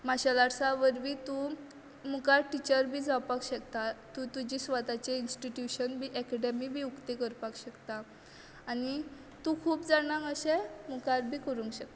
martial आर्टसा वरवी तूं मुखार टिचर बी जावपाक शकता तूं तुजे स्वताचे इंस्टीट्यूशन बी एकेडेमी बी उक्ती करपा शकता आनी तूं खूब जाणांक अशें मुखार बी करूंक शकता